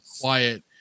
quiet